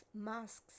masks